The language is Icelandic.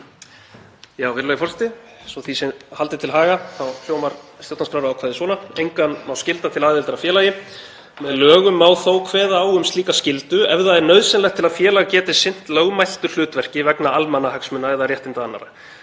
Virðulegi forseti. Svo að því sé haldið til haga, þá hljómar stjórnarskrárákvæðið svona: „Engan má skylda til aðildar að félagi. Með lögum má þó kveða á um slíka skyldu ef það er nauðsynlegt til að félag geti sinnt lögmæltu hlutverki vegna almannahagsmuna eða réttinda annarra.“